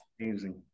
Amazing